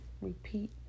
repeat